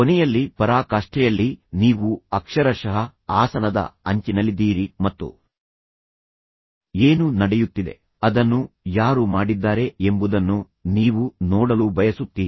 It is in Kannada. ಕೊನೆಯಲ್ಲಿ ಪರಾಕಾಷ್ಠೆಯಲ್ಲಿ ನೀವು ಅಕ್ಷರಶಃ ಆಸನದ ಅಂಚಿನಲ್ಲಿದ್ದೀರಿ ಮತ್ತು ಏನು ನಡೆಯುತ್ತಿದೆ ಅದನ್ನು ಯಾರು ಮಾಡಿದ್ದಾರೆ ಎಂಬುದನ್ನು ನೀವು ನೋಡಲು ಬಯಸುತ್ತೀರಿ